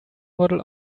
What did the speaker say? model